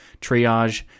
triage